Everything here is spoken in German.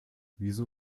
wieso